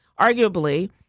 arguably